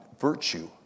virtue